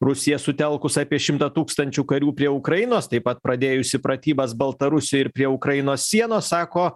rusija sutelkus apie šimtą tūkstančių karių prie ukrainos taip pat pradėjusi pratybas baltarusijoj ir prie ukrainos sienos sako